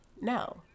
No